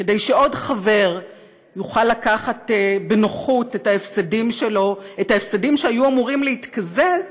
כדי שעוד חבר יוכל לקחת בנוחות את ההפסדים שהיו אמורים להתקזז,